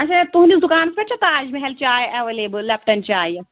اَچھا تُہٕنٛدِس دُکانَس پٮ۪ٹھ چھا تاج محل چاے ایٚویلیبُل لیپٹَن چایہِ